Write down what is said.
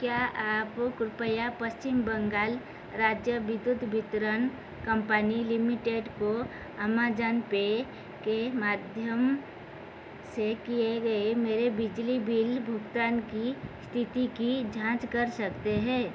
क्या आप कृप्या पश्चिम बंगाल राज्य विद्युत वितरण कम्पनी लिमिटेड को अमाजान पे के माध्यम से किए गए मेरे बिजली बिल भुगतान की स्थिति की जाँच कर सकते है